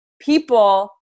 people